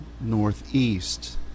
northeast